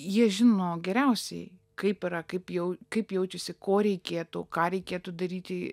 jie žino geriausiai kaip yra kaip jau kaip jaučiasi ko reikėtų ką reikėtų daryti